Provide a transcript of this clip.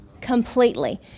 completely